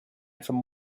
from